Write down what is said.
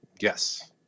Yes